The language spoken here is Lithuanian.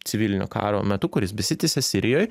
civilinio karo metu kuris besitęsia sirijoj